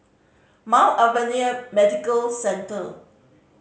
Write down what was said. Mount Alvernia Medical Centre